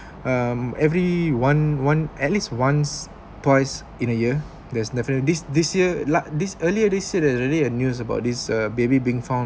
um every one one at least once twice in a year there's definitely this this year like this earlier they said already a news about this uh baby being found